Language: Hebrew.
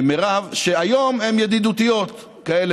מירב, שהיום הן ידידותיות כאלה.